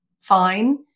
fine